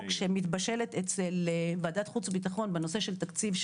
שמתבשלת אצל ועדת חוץ ובטחון בנושא של תקציב,